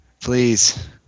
Please